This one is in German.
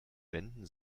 wenden